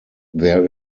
there